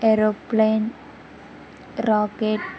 aeroplane rocket